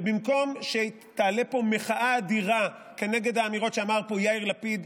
ובמקום שתעלה פה מחאה אדירה כנגד האמירות שאמר פה יאיר לפיד,